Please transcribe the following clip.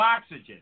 oxygen